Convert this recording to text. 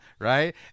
right